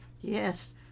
Yes